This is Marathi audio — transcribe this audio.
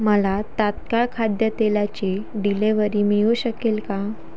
मला तात्काळ खाद्य तेलाची डिलिवरी मिळू शकेल का